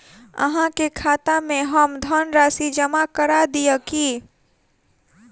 अहाँ के खाता में हम धनराशि जमा करा दिअ की?